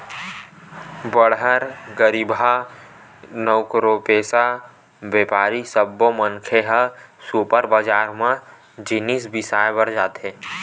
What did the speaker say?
बड़हर, गरीबहा, नउकरीपेसा, बेपारी सब्बो मनखे ह सुपर बजार म जिनिस बिसाए बर आथे